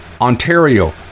Ontario